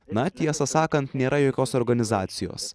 na tiesą sakant nėra jokios organizacijos